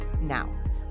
Now